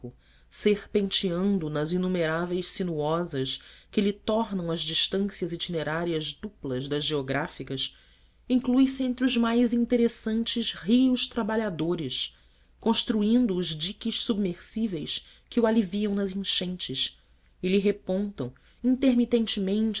amazônico serpenteando nas inumeráveis sinuosas que lhe tornam as distâncias itinerárias duplas das geográficas inclui se entre os mais interessantes rios trabalhadores construindo os diques submersíveis que o aliviam nas enchentes e